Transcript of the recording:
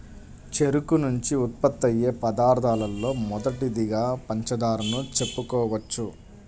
చెరుకు నుంచి ఉత్పత్తయ్యే పదార్థాలలో మొదటిదిగా పంచదారను చెప్పుకోవచ్చు